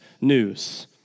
news